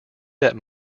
that